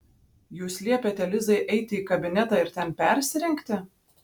jūs liepėte lizai eiti į kabinetą ir ten persirengti